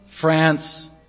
France